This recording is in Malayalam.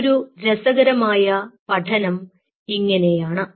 മറ്റൊരു രസകരമായ പഠനം ഇങ്ങനെയാണ്